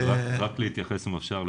רק להתייחס אם אפשר,